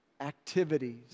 activities